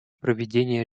проведения